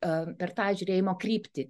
ar per tą žiūrėjimo kryptį